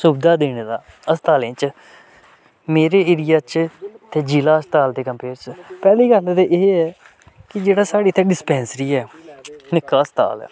सुबधा देने दा अस्पतालें च मेरे एरिया च ते जिला अस्पताल दे कम्पेयर च पैह्ली गल्ल ते एह् ऐ कि जेह्ड़ा साढ़ी इत्थै डिस्पैंसरी ऐ निक्का अस्पताल ऐ